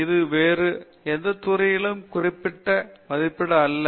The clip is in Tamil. இது வேறு எந்த துறையையும் குறைத்து மதிப்பிட அல்ல